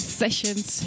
sessions